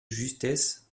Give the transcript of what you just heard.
justesse